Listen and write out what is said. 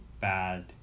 bad